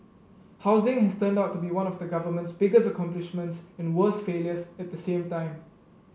housing has turned out to be one of the government's biggest accomplishments and worst failures at the same time